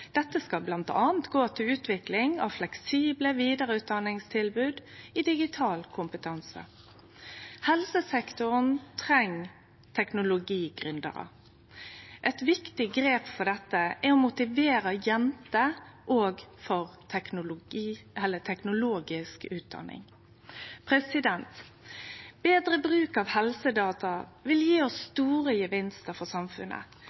Dette skal bl.a. gå til utvikling av fleksible vidareutdanningstilbod i digital kompetanse. Helsesektoren treng teknologigründerar. Eit viktig grep for dette er å motivere òg jenter for teknologisk utdanning. Betre bruk av helsedata vil gje oss store gevinstar for samfunnet.